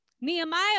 nehemiah